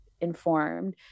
informed